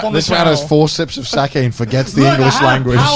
this man has four sips of sake and forgets the english language.